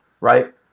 right